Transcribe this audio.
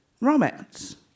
Romance